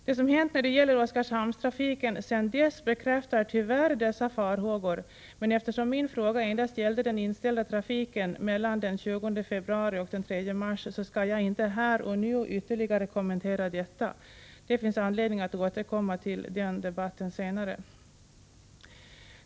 Det som hänt när det gäller Oskarshamnstrafiken sedan dess bekräftar tyvärr dessa farhågor, men eftersom min fråga endast gällde den inställda trafiken mellan den 20 februari och den 3 mars så skall jag inte här och nu ytterligare kommentera detta. Det finns anledning att återkomma till den debatten senare.